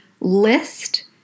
list